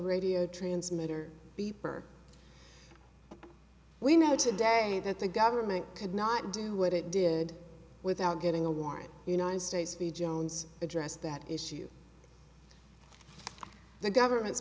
radio transmitter beeper we know today that the government could not do what it did without getting a warrant united states v jones addressed that issue the government's